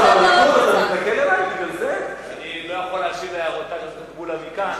אני לא יכול להשיב על הערות חבר הכנסת מולה מכאן,